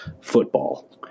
football